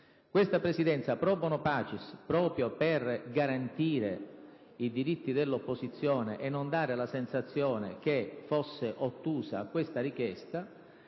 La Presidenza, *pro bono pacis*, proprio per garantire i diritti dell'opposizione e non dare la sensazione che fosse preclusa tale richiesta,